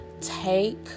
Take